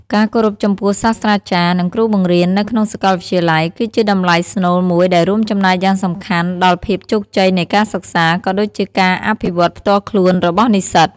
ការគោរពចំពោះសាស្រ្តាចារ្យ និងគ្រូបង្រៀននៅក្នុងសាកលវិទ្យាល័យ គឺជាតម្លៃស្នូលមួយដែលរួមចំណែកយ៉ាងសំខាន់ដល់ភាពជោគជ័យនៃការសិក្សា ក៏ដូចជាការអភិវឌ្ឍផ្ទាល់ខ្លួនរបស់និស្សិត។